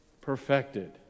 perfected